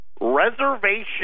reservation